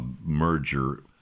merger